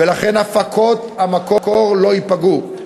ולכן הפקות המקור לא ייפגעו.